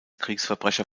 kriegsverbrecher